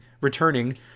returning